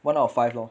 one out of five lor